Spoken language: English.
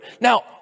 now